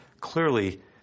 Clearly